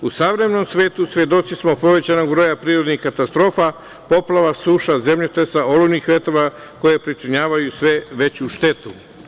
U savremenom svetu svedoci smo povećanog broja prirodnih katastrofa, poplava, suša, zemljotresa, olujnih vetrova koji pričinjavaju sve veću štetu.